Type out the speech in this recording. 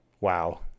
wow